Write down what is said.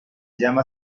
llama